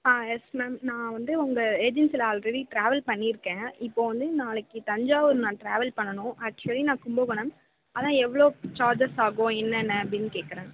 ஆ yes ma'am நான் வந்து உங்கள் ஏஜென்சியில் ஆல்ரெடி டிராவல் பண்ணியிருக்கேன் இப்போது வந்து நாளைக்கு தஞ்சாவூர் நான் டிராவல் பண்ணணும் ஆக்ஷுவலி நான் கும்பகோணம் அதுதான் எவ்வளோ சார்ஜஸ் ஆகும் என்னென்ன அப்படின்னு கேட்கறேன்